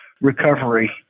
recovery